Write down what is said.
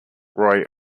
roy